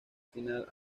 final